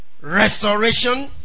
Restoration